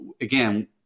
again